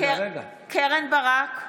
(קוראת בשמות חברי הכנסת) קרן ברק,